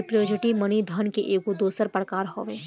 representative money धन के एगो दोसर प्रकार हवे